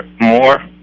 more